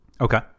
Okay